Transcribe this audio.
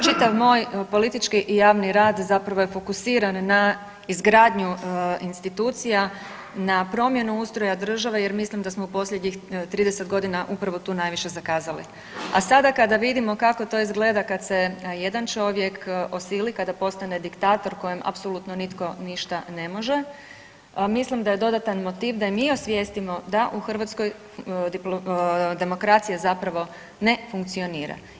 Čitav moj politički i javni rad zapravo je fokusiran na izgradnju institucija na promjenu ustroja države jer mislim da smo posljednjih 30 godina upravo tu najviše zakazali, a sada kada vidimo kako to izgleda kad se jedan čovjek osili, kada postane diktator kojem apsolutno nitko ništa ne može mislim da je dodatan motiv da i mi osvijestimo da u Hrvatskoj demokracija zapravo ne funkcionira.